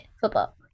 football